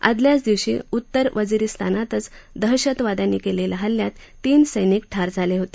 आदल्या दिवशीच उत्तर वजिरीस्तानातच दहशतवाद्यांनी केलेल्या हल्ल्यात तीन सैनिक ठार झाले होते